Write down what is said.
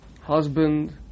husband